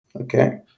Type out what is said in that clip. Okay